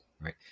right